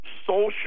social